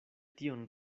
tion